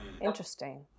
Interesting